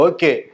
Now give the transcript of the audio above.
Okay